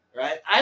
right